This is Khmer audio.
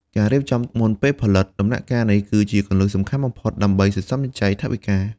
ការរៀបចំមុនពេលផលិត ដំណាក់កាលនេះគឺជាគន្លឹះសំខាន់បំផុតដើម្បីសន្សំសំចៃថវិកា។